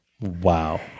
Wow